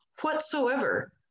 whatsoever